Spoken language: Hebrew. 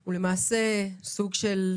הוא למעשה סוג של